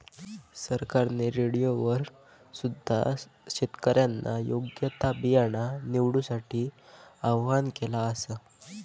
सरकारने रेडिओवर सुद्धा शेतकऱ्यांका योग्य ता बियाणा निवडूसाठी आव्हाहन केला आसा